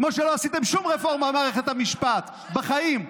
כמו שלא עשיתם שום רפורמה במערכת המשפט בחיים.